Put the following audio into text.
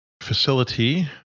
facility